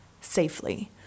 safely